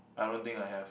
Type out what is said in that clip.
I don't think I have